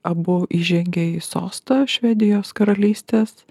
abu įžengė į sostą švedijos karalystės